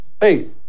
hey